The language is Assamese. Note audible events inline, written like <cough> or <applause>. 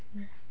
<unintelligible>